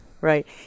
right